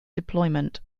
deployment